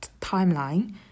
timeline